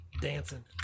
dancing